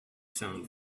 sound